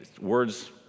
words